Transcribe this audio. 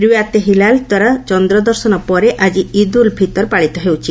ର୍ୟାତେ ହିଲାଲ୍ ଦ୍ୱାରା ଚନ୍ଦ୍ରଦର୍ଶନ ପରେ ଆକି ଇଦ୍ ଉଲ୍ ଫିତର୍ ପାଳିତ ହେଉଛି